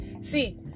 See